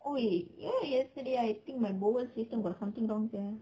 !oi! ya yesterday I think my bowel system got something wrong sia